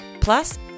Plus